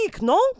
non